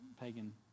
pagan